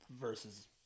versus